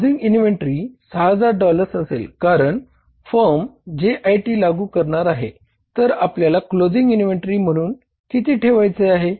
closing inventory 6000 dollars असेल कारण firm म्हणून किती ठेवायचे आहे